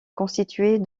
constituée